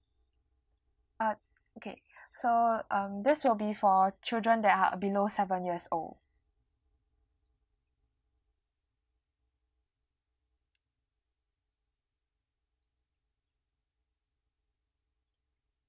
uh okay so um this will be for children that are below seven years old